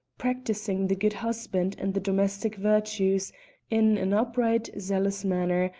practising the good husband and the domestic virtues in an upright zealous manner,